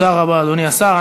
תודה רבה, אדוני השר.